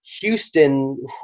Houston